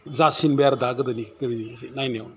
जासिनबाय आरो गोदोनिख्रुइ नायनायाव